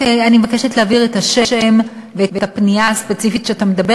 אני מבקשת להעביר את השם ואת הפנייה הספציפית שאתה מדבר